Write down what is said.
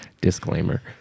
disclaimer